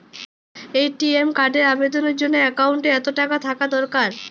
ATM কার্ডের আবেদনের জন্য অ্যাকাউন্টে কতো টাকা থাকা দরকার?